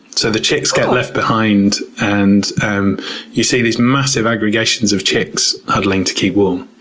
so, the chicks get left behind and and you see these massive aggregations of chicks huddling to keep warm.